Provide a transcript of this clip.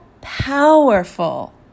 powerful